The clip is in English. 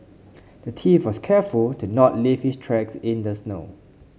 the thief was careful to not leave his tracks in the snow